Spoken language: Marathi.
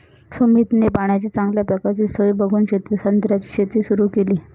सुमितने पाण्याची चांगल्या प्रकारची सोय बघून संत्र्याची शेती सुरु केली